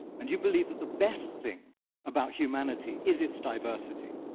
and you believe that the best thing about humanity is its diversity,